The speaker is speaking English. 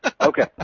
Okay